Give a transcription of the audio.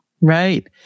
Right